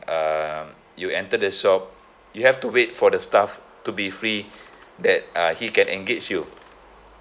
um you enter the shop you have to wait for the staff to be free that uh he can engage you